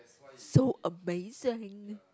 so amazing